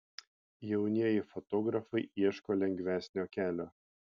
jaunieji fotografai ieško lengvesnio kelio